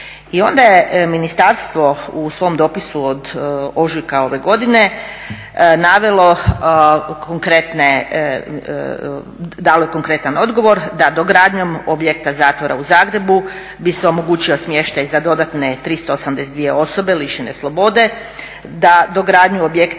I onda je Ministarstvo u svom dopisu od ožujka ove godine navelo konkretne, dalo je konkretan odgovor da dogradnjom objekta zatvora u Zagrebu bi se omogućio smještaj za dodatne 382 osobe lišene slobode, da dogradnju objekta, da je